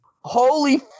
holy